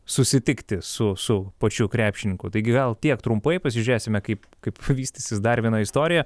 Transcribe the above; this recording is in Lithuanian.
susitikti su su pačiu krepšininku taigi vėl tiek trumpai pasižiūrėsime kaip kaip vystysis dar viena istorija